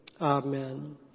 Amen